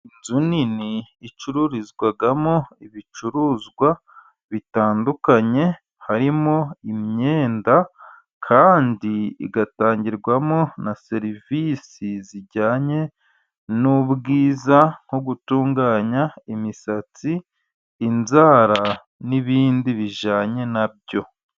Ni inzu nini icururizwamo ibicuruzwa bitandukanye harimo imyenda, kandi igatangirwamo na serivisi zijyanye n'ubwiza nko gutunganya imisatsi, inzara, n'ibindi bijyanye na byo.